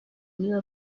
knew